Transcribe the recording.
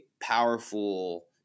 powerful